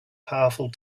powerful